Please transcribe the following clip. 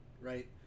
right